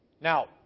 Now